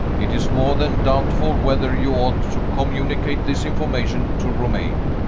it is more than doubtful whether you ought to communicate this information to romayne.